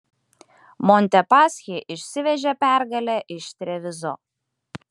montepaschi išsivežė pergalę iš trevizo